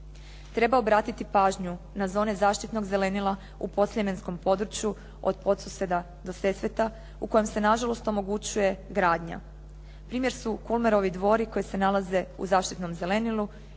Treba obratiti pažnju na zone zaštitnog zelenila u podsljemenskom području, od Podsuseda do Sesveta u kojem se nažalost omogućuje gradnja. Primjer su Kulmerovi dvori koji se nalaze u zaštitnom zelenilu